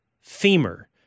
femur